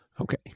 Okay